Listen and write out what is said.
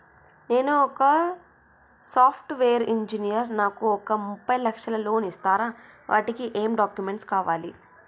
నేను ఒక software engineer నాకు ఒక ముప్పై లక్షల లోన్ ఇస్తరా? వాటికి ఏం డాక్యుమెంట్స్ కావాలి?